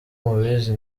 mubizi